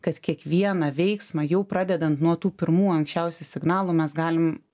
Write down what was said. kad kiekvieną veiksmą jau pradedant nuo tų pirmų anksčiausių signalų mes galim